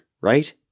right